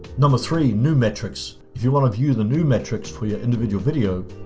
number three, new metrics. if you want to view the new metrics for your individual video,